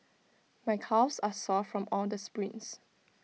my calves are sore from all the sprints